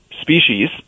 species